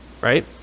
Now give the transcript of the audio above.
Right